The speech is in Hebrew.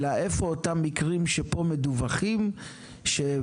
אלא איפה אותם מקרים שפה מדווחים שפתאום